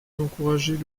d’encourager